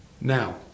Now